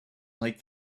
like